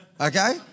Okay